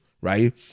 right